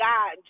God